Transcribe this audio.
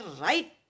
right